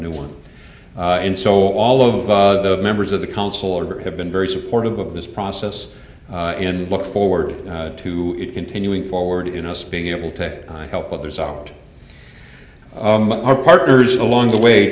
new one and so all of the members of the council are have been very supportive of this process and look forward to continuing forward in us being able to help others out our partners along the way